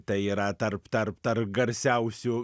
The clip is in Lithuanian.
tai yra tarp tarp tarp garsiausių